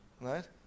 right